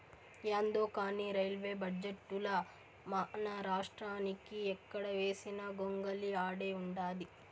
యాందో కానీ రైల్వే బడ్జెటుల మనరాష్ట్రానికి ఎక్కడ వేసిన గొంగలి ఆడే ఉండాది